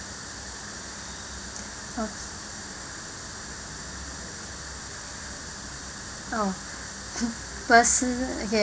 oh personal okay